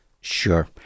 Sure